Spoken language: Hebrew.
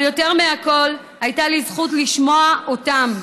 אבל יותר מכול הייתה לי זכות לשמוע אותם.